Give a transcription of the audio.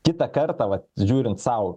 kitą kartą vat žiūrint sau